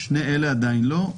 שני אלה עדיין לא.